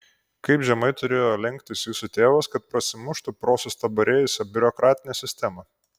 kaip žemai turėjo lenktis jūsų tėvas kad prasimuštų pro sustabarėjusią biurokratinę sistemą